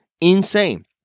Insane